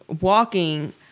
walking